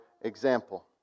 example